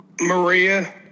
Maria